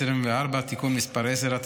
(תיקון מס' 10),